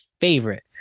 favorite